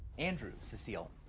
andrew, cecile,